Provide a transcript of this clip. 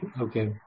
Okay